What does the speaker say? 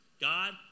God